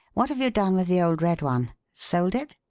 what have you done with the old red one? sold it?